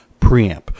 Preamp